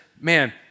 man